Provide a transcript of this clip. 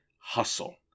hustle